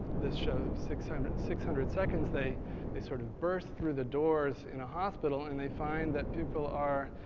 this show, six hundred six hundred seconds, they they sort of burst through the doors in a hospital and they find that people are,